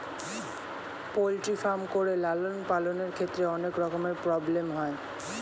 poultry farm করে লালন পালনের ক্ষেত্রে অনেক রকমের প্রব্লেম হয়